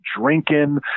drinking